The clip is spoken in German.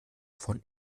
von